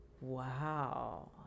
Wow